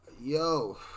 Yo